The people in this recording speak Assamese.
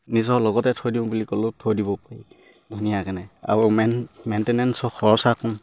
নিজৰ লগতে থৈ দিওঁ বুলি ক'লোঁ থৈ দিব পাৰি ধুনীয়া কেনে আৰু মেইন মেইনটেনেন্সৰ খৰচা কম